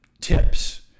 tips